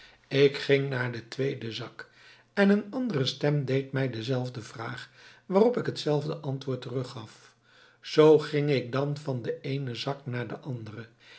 ik ging naar den tweeden zak en een andere stem deed mij dezelfde vraag waarop ik hetzelfde antwoord teruggaf zoo ging ik dan van den eenen zak naar den anderen